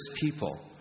people